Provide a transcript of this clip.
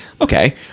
Okay